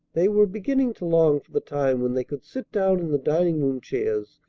they were beginning to long for the time when they could sit down in the dining-room chairs,